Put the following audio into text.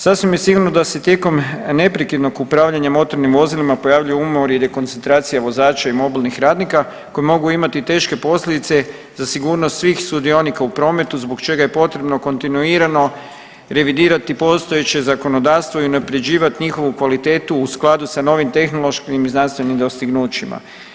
Sasvim je sigurno da se tijekom neprekidnog upravljanja motornim vozilima pojavljuju umor i dekoncentracija vozača i mobilnih radnika koji mogu imati teške posljedice za sigurnost svih sudionika u prometu zbog čega je potrebno kontinuirano revidirati postojeće zakonodavstvo i unapređivati njihovu kvalitetu u skladu sa novim tehnološkim i znanstvenim dostignuća.